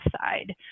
side